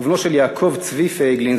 ובנו של יעקב צבי פייגלין,